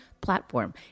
platform